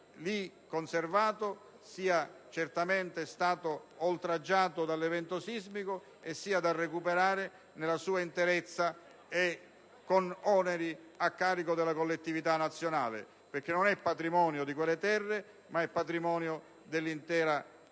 lì conservato, sia stato oltraggiato dall'evento sismico e sia da recuperare nella sua interezza e con oneri a carico della collettività nazionale. Infatti, non è patrimonio di quelle terre, ma è patrimonio dell'intera